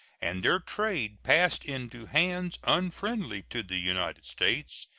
and their trade passed into hands unfriendly to the united states,